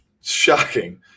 shocking